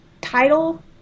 title